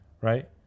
right